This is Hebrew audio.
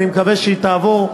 אני מקווה שהיא תעבור,